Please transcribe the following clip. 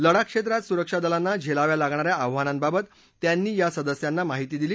लडाख क्षेत्रात सुरक्षादलांना झेलाव्या लागणा या आव्हानांबाबत त्यांनी या सदस्यांना माहिती दिली